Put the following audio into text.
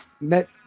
met